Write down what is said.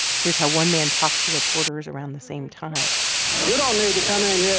here's how one man talks to reporters around the same time you don't need to come in yeah